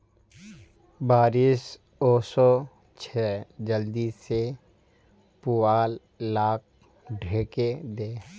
बारिश ओशो छे जल्दी से पुवाल लाक ढके दे